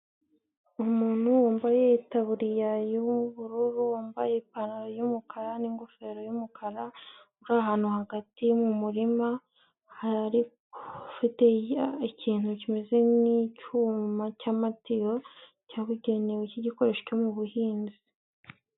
Umuntu wambaye itaburiya y'ubururu, wambaye ipantaro y'umukara n'ngofero y'umukara uri ahantu hagati mu murima hari ufite ikintu kimeze nk'icyuma cyamatiyo cyabugenewe nk'igikoresho cyo mubuhinzi.